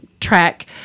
track